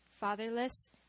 fatherless